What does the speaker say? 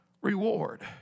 reward